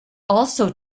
also